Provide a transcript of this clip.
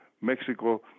Mexico